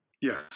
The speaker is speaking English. Yes